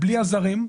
בלי הזרים,